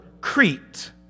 Crete